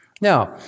Now